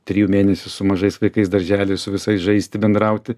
trijų mėnesių su mažais vaikais daržely su visais žaisti bendrauti